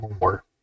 more